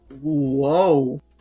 Whoa